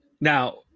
Now